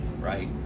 right